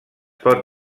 pot